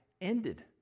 ended